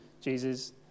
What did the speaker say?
Jesus